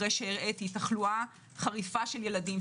אחרי שהראיתי תחלואה חריפה של ילדים,